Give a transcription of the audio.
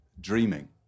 dreaming